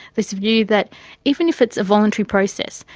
this view that even if it's a voluntary process,